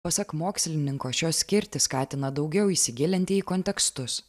pasak mokslininko šios skirtys skatina daugiau įsigilinti į kontekstus